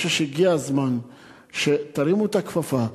אני חושב שהגיע הזמן שתרימו את הכפפה.